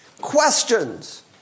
Questions